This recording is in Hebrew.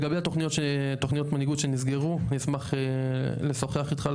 לגבי תוכניות המנהיגות שנסגרו נשמח לשוחח איתך על